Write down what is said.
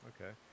Okay